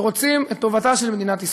שרוצים בטובתה של מדינת ישראל.